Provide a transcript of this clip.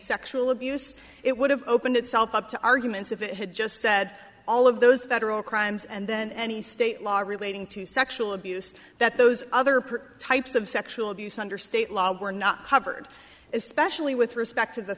sexual abuse it would have opened itself up to arguments if it had just said all of those federal crimes and then any state law relating to sexual abuse that those other part types of sexual abuse under state law were not covered especially with respect to the